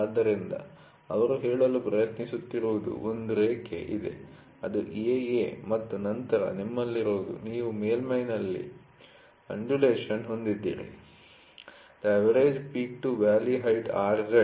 ಆದ್ದರಿಂದ ಅವರು ಹೇಳಲು ಪ್ರಯತ್ನಿಸುತ್ತಿರುವುದು ಒಂದು ರೇಖೆ ಇದೆ ಅದು AA ಮತ್ತು ನಂತರ ನಿಮ್ಮಲ್ಲಿರುವುದು ನೀವು ಮೇಲ್ಮೈ'ನಲ್ಲಿ ಅನ್ಜುಲೇಶನ್ ಹೊಂದಿದ್ದೀರಿ